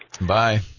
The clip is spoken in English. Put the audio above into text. Bye